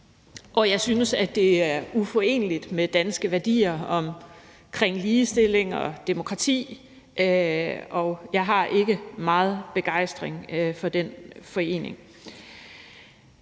og jeg synes, at det er uforeneligt med danske værdier omkring ligestilling og demokrati, og jeg har ikke meget begejstring for den forening.